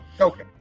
Okay